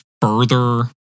further